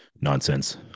nonsense